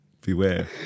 Beware